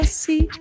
see